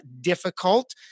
difficult